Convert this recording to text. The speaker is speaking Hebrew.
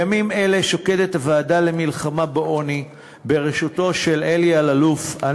בימים אלה שוקדת הוועדה למלחמה בעוני בראשות אלי אלאלוף על